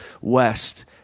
West